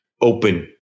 open